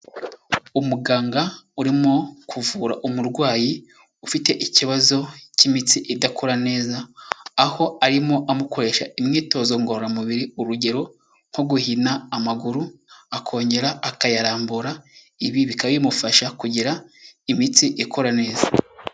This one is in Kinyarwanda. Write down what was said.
Umuganga urimo kuvura umurwayi, ufite ikibazo k'imitsi idakora neza, aho arimo amukoresha imyitozo ngororamubiri, urugero nko guhina amaguru akongera akayarambura, ibi bikaba bimufasha kugira imitsi ikora neza.